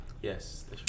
Yes